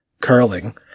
curling